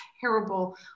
terrible